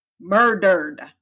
Murdered